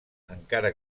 encara